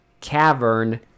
cavern